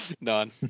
None